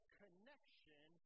connection